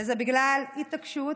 זה בגלל התעקשות.